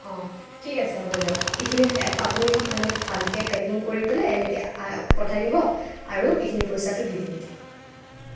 ঠিক আছে হ'ব দিয়ক এইখিনিত এ আপ আপুনি মানে ভালকে পেকিং কৰি পেলাই এনেকে পঠাই দিব আৰু এইখিনিৰ পইচাটো দি দিম দিয়ক